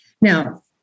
Now